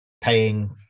paying